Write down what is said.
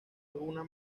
una